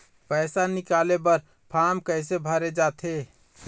पैसा निकाले बर फार्म कैसे भरे जाथे?